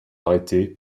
arrêtés